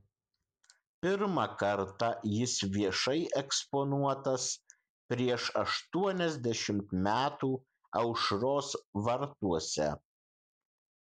pirmą kartą jis viešai eksponuotas prieš aštuoniasdešimt metų aušros vartuose